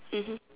mmhmm